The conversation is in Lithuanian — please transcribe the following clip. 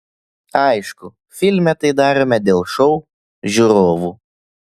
aišku filme tai darome dėl šou žiūrovų